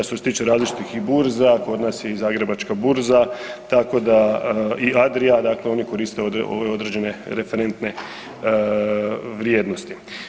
Što se tiče različitih i burza kod nas je i Zagrebačka burza tako da i Adria, dakle oni koriste ove određene referentne vrijednosti.